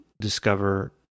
discover